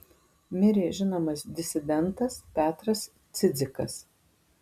mirė žinomas disidentas petras cidzikas